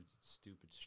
stupid